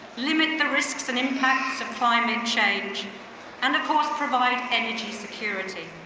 limit the risks and impacts of climate change and of course, provide energy security.